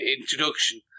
introduction